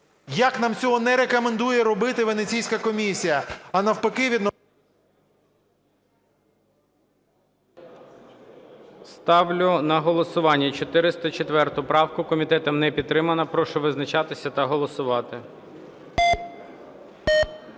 як нам цього не рекомендує робити Венеційська комісія, а навпаки… ГОЛОВУЮЧИЙ. Ставлю на голосування 404 правку. Комітетом не підтримана. Прошу визначатися та голосувати.